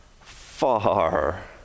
far